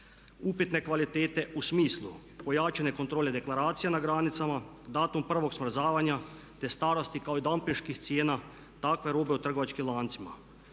upitne kvalitete u smislu pojačane kontrole deklaracije na granicama, datum prvog smrzavanja, te starosti kao i dampinških cijena takve robe u trgovačkim lancima,